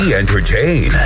entertain